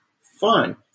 fun